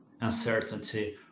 uncertainty